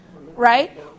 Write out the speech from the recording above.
right